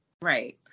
Right